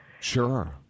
Sure